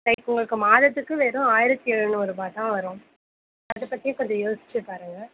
like உங்களுக்கு மாதத்துக்கு வெறும் ஆயிரத்தி ஏழுநூறுருபா தான் வரும் அதை பற்றியும் கொஞ்சம் யோசிச்சு பாருங்க